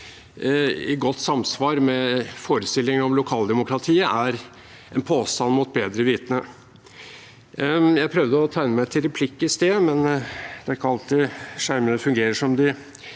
i godt samsvar med forestillinger om lokaldemokratiet, er en påstand mot bedre vitende. Jeg prøvde å tegne meg til replikk i sted, men det er ikke alltid skjermene fungerer som de